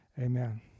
Amen